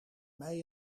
mij